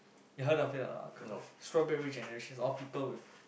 you heard of it or not uncle strawberry generations all people with